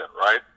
right